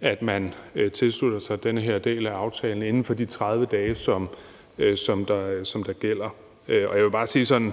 at man tilslutter sig den her del af aftalen inden for de 30 dage, som der gælder. Jeg vil gerne